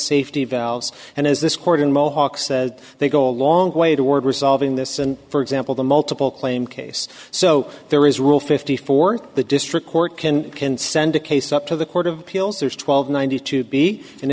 safety valves and as this court in mohawk says they go a long way toward resolving this and for example the multiple claim case so there is rule fifty fourth the district court can can send a case up to the court of appeals there's twelve ninety to be